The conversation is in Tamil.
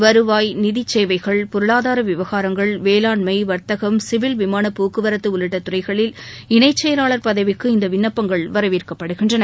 வருவாய் நிதி சேவைகள் பொருளாதார விவகாரங்கள் வேளாண்மை வர்த்தகம் சிவில் விமானபோக்குவரத்து உள்ளிட்ட துறைகளில் இணை செயலாளர் பதவிக்கு விண்ணப்பங்கள் இந்த வரவேற்கப்படுகின்றன